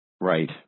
Right